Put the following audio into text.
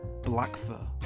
Blackfur